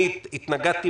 אני התנגדתי,